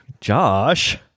Josh